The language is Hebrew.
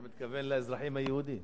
אתה מתכוון לאזרחים היהודים?